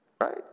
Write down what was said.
Right